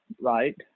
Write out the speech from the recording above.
right